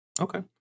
Okay